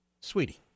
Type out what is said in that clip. Sweetie